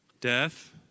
Death